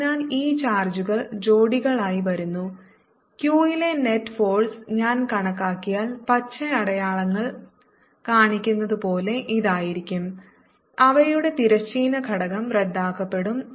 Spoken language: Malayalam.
അതിനാൽ ഈ ചാർജുകൾ ജോഡികളായി വരുന്നു q ലെ നെറ്റ് ഫോഴ്സ് ഞാൻ കണക്കാക്കിയാൽ പച്ച അടയാളങ്ങൾ കാണിക്കുന്നത് പോലെ ഇതായിരിക്കും അവയുടെ തിരശ്ചീന ഘടകം റദ്ദാക്കപ്പെടും